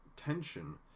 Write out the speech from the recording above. tension